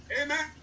Amen